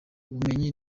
ubumenyi